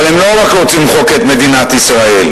אבל הם לא רק רוצים למחוק את מדינת ישראל,